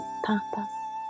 Papa